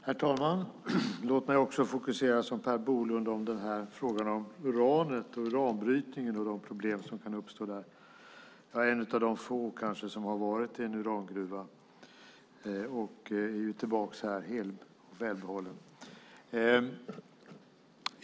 Herr talman! Låt mig fokusera som Per Bolund på frågan om uranet och uranbrytningen och de problem som därvid kan uppstå. Jag är en av de få kanske som har varit i en urangruva och är tillbaka här välbehållen.